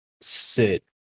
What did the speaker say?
sit